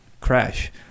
Crash